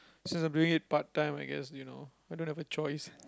since i'm doing it part time I guess you know I don't have a choice